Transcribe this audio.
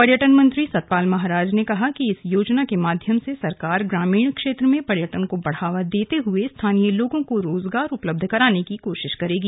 पर्यटन मंत्री सतपाल महाराज ने कहा कि इस योजना के माध्यम से सरकार ग्रामीण क्षेत्र में पर्यटन को बढ़ावा देते हुये स्थानीय लोगों को रोजगार उपलब्ध कराने की कोशिश करेगी